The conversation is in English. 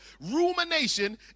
Rumination